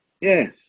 Yes